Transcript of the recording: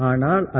Anal